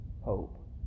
hope